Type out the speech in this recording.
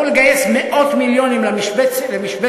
ויצטרכו לגייס מאות מיליונים למשבצת